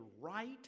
right